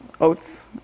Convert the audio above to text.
oats